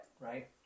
right